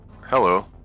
hello